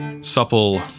supple